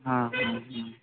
ಹಾಂ ಹಾಂ ಹ್ಞೂ